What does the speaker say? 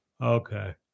okay